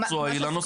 ומקצועי לנושא.